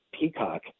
Peacock